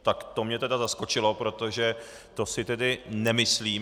Tak to mě zaskočilo, protože to si tedy nemyslím.